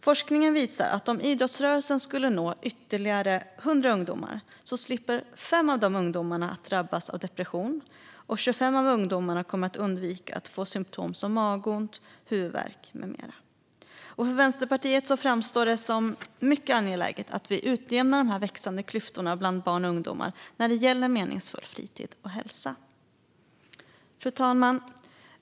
Forskning visar att om idrottsrörelsen når ytterligare 100 ungdomar slipper fem av dessa ungdomar att drabbas av depression, och 25 ungdomar kommer att undvika att få symtom som magont, huvudvärk med mera. För Vänsterpartiet framstår det som mycket angeläget att utjämna de växande klyftorna bland barn och ungdomar när det gäller meningsfull fritid och hälsa. Fru talman!